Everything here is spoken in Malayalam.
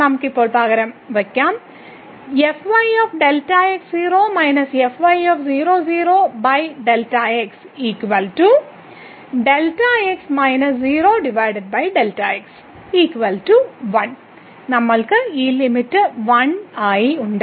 നമുക്ക് ഇപ്പോൾ പകരം വയ്ക്കാം നമ്മൾക്ക് ഈ ലിമിറ്റ് 1 ആയി ഉണ്ട്